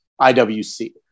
IWC